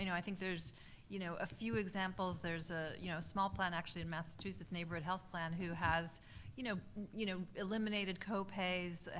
i think there's you know a few examples, there's a you know small plan, actually in massachusets, neighborhood health plan, who has you know you know eliminated copays,